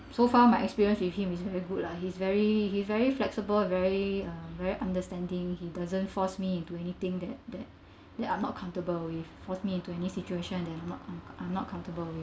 so far my experience with him is very good lah he's very he very flexible very uh very understanding he doesn't force me into anything that that that are not comfortable with force me to any situation than are not I'm not comfortable with